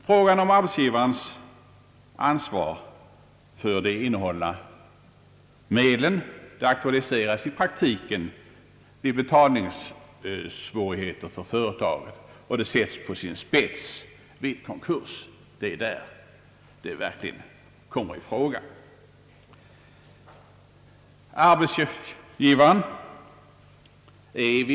Frågan om arbetsgivarens ansvar för de innehållna medlen aktualiseras i praktiken vid betalningssvårigheter för ett företag och sätts på sin spets vid konkurs; det är där detta verkligen kommer i fråga.